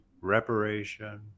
reparation